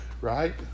right